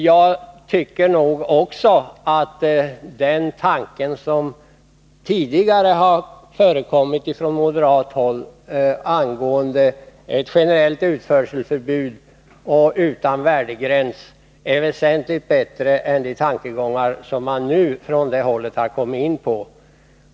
Jag tycker också att den tanke som tidigare har framförts från moderat håll angående ett generellt utförselförbud utan värdegräns är väsentligt bättre än de tankegångar som man från det hållet nu har kommit in på.